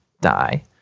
die